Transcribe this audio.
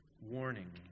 warning